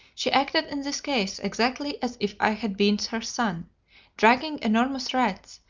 she acted in this case exactly as if i had been her son dragging enormous rats,